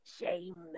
shame